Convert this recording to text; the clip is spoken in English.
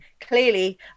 Clearly